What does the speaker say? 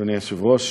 אדוני היושב-ראש,